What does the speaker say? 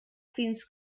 fins